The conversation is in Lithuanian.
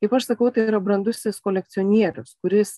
kaip aš sakau tai yra brandusis kolekcionierius kuris